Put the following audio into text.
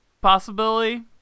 possibility